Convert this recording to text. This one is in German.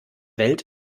welt